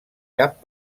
cap